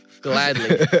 gladly